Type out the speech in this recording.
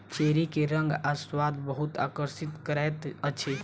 cherry के रंग आ स्वाद बहुत आकर्षित करैत अछि